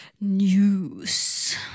news